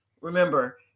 remember